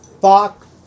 fuck